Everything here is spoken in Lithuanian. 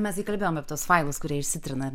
mes gi kalbėjom tuos failus kurie išsitrina